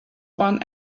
want